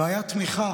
והייתה תמיכה